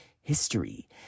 history